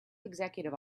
executive